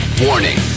Warning